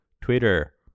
Twitter